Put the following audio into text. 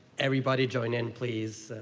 everybody join in, please?